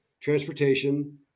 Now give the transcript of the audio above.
transportation